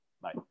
Bye